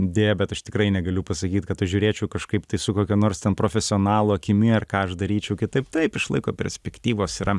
deja bet aš tikrai negaliu pasakyt kad aš žiūrėčiau kažkaip tai su kokia nors ten profesionalo akimi ar ką aš daryčiau kitaip taip iš laiko perspektyvos yra